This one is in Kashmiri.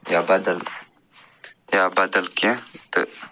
یا بدل یا بدل کیٚنہہ تہٕ